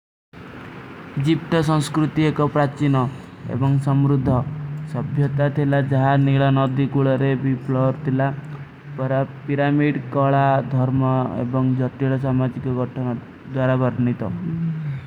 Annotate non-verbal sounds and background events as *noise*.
ଜିପ୍ଟ ସଂସ୍କୁର୍ତି ଏକୋ ପ୍ରାଚିନୋଂ ଏବଂଗ ସମ୍ରୁଦ୍ଧୋଂ ସଭ୍ଯତା ଥେଲା ଜହାର ନେଲା ନଧୀ କୁଳାରେ। ଵିଫଲୋର ଥେଲା ବହରାବ ପିରାମୀଟ, କାଲା, ଧର୍ମା ଏବଂଗ ଜତିଲ ସମାଚୀ କେ ଗଟନୋଂ ଦ୍ଵାରାବର୍ଣୀତୋଂ। *unintelligible*